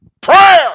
prayer